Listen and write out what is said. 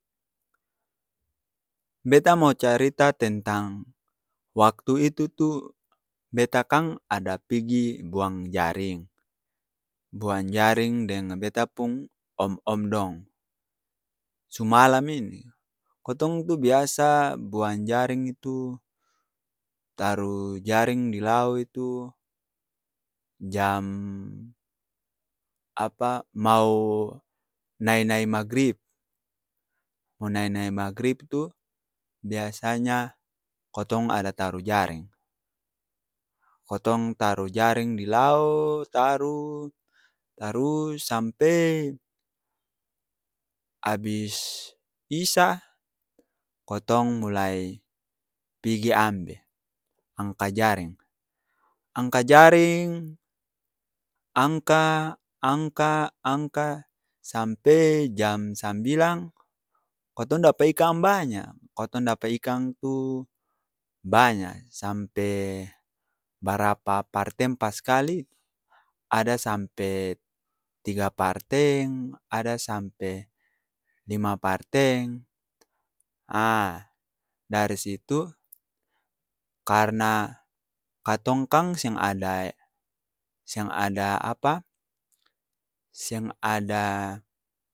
Beta mo carita tentang waktu itu tu, beta kang ada pigi buang jaring buang jaring deng' beta pung om-om dong, su malam ini kotong tu biasa buang jareng itu taru jaring di lao itu, jam apa mau nae-nae magrip, mo nae-nae magrip'tu, biasanya kotong ada taru jareng kotong taro jareng di laoo taruu taruus sampee abis isa, kotong mulai pigi ambe, angka jareng angka jariiing angka angka angka sampeee jam sambilang, kotong dapa ikang baanya kotong dapa ikang tu baanya sampee barapa parteng paskali ada sampee tiga parteng, ada sampe lima parteng, ah dari situ, karna katong kang seng ada'e, seng ada apa? seng ada.